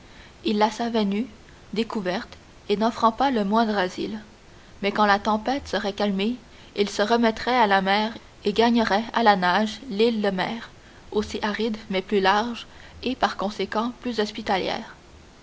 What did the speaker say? il la savait nue découverte et n'offrant pas le moindre asile mais quand la tempête serait calmée il se remettrait à la mer et gagnerait à la nage l'île lemaire aussi aride mais plus large et par conséquent plus hospitalière